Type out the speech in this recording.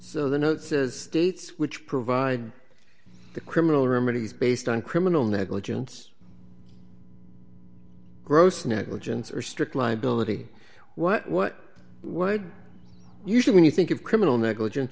so the notes is states which provide the criminal remedies based on criminal negligence gross negligence or strict liability what what would you should when you think of criminal negligen